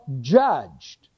judged